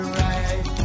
right